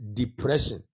depression